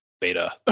Beta